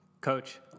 Coach